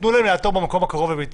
תנו להם לעתור במקום הקרוב לביתם.